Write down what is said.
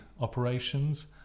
operations